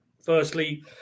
firstly